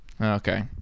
Okay